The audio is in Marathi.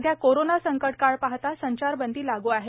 सध्या कोरोना संकटकाळ पाहता संचारबंदी लागू आहे